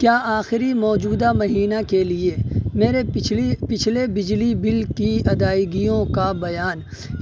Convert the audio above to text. کیا آخری موجودہ مہینہ کے لیے میرے پچھلی پچھلے بجلی کے بل کی ادائیگیوں کا بیان